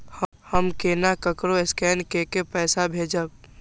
हम केना ककरो स्केने कैके पैसा भेजब?